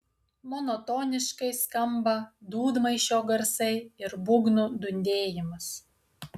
monotoniškai skamba dūdmaišio garsai ir būgnų dundėjimas